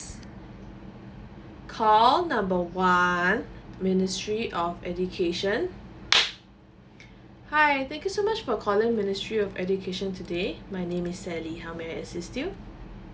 s~ call number one ministry of education hi thank you so much for calling ministry of education today my name is sally how may I assist you